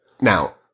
Now